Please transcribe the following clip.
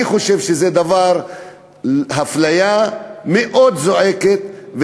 אני חושב שזו אפליה מאוד זועקת,